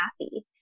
happy